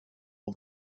all